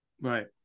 Right